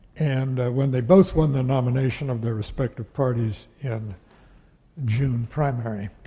and when they both won the nomination of their respective parties in june primary,